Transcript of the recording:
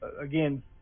again